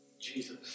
Jesus